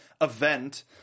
event